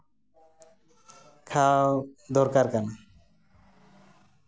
ᱠᱷᱟᱣᱟᱣ ᱫᱚᱨᱠᱟᱨ ᱠᱟᱱᱟ